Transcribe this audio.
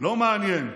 לא מעניין.